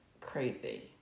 crazy